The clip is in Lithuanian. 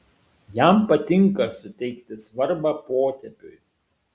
jam patinka suteikti svarbą potėpiui